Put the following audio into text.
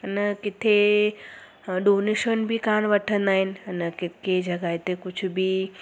इन किथे डोनेशन बि कानि वठंदा आहिनि हिन के जॻहि ते कुझु बि